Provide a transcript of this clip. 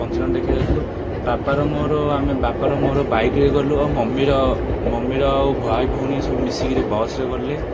ପଞ୍ଚୁଦଣ୍ଡ ଦେଖିବାକୁ ଯାଇଥିଲୁ ବାପାର ମୋର ଆମେ ବାପାର ମୋର ବାଇକ୍ରେ ଗଲୁ ଆଉ ମମିର ମମିର ଆଉ ଭାଇ ଭଉଣୀ ସବୁ ମିଶିକିରି ବସ୍ରେ ଗଲେ